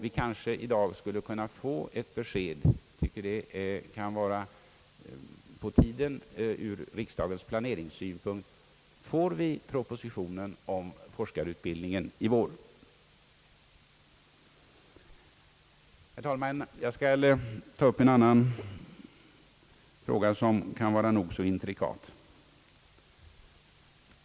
Vi kanske skulle kunna få ett besked i dag. Jag tycker att det kan vara på tiden ur riksdagens planeringssynpunkt. Får vi propositionen om forskarutbildningen i vår? Herr talman! Jag skall ta upp en annan fråga, som kan vara nog så intrikat.